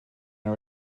are